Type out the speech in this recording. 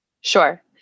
Sure